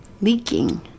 leaking